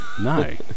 No